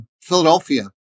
Philadelphia